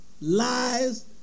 lies